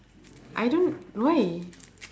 I don't why